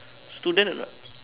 student or not